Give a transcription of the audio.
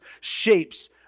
shapes